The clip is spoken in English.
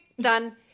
done